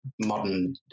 modern